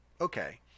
Okay